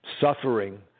suffering